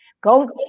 go